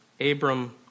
Abram